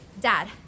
Dad